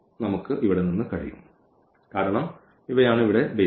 നമുക്ക് ഇവിടെ നിന്ന് കഴിയും കാരണം ഇവയാണ് ഇവിടെ ബേസിസ്